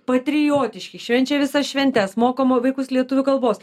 patriotiški švenčia visas šventes mokoma vaikus lietuvių kalbos